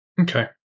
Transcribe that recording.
okay